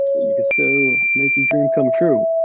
you can still make your dream come true.